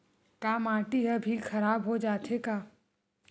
का माटी ह भी खराब हो जाथे का?